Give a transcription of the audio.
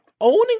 Owning